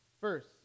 First